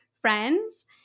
friends